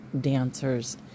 dancers